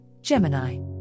Gemini